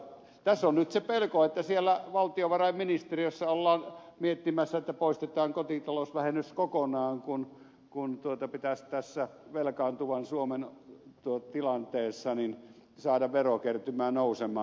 tässä on nyt se pelko että siellä valtiovarainministeriössä ollaan miettimässä että poistetaan kotitalousvähennys kokonaan kun pitäisi tässä velkaantuvan suomen tilanteessa saada verokertymää nousemaan